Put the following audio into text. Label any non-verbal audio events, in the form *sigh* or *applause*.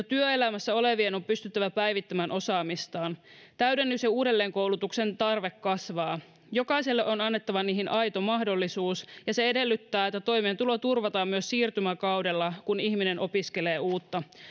*unintelligible* työelämässä olevien on pystyttävä päivittämään osaamistaan täydennys ja uudelleenkoulutuksen tarve kasvaa jokaiselle on annettava niihin aito mahdollisuus ja se edellyttää että toimeentulo turvataan myös siirtymäkaudella kun ihminen opiskelee uutta